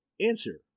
answer